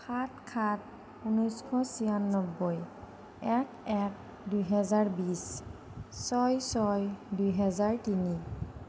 সাত সাত ঊনৈছশ ছিয়ানব্বৈ এক এক দুহেজাৰ বিছ ছয় ছয় দুহেজাৰ তিনি